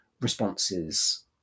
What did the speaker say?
responses